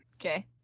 okay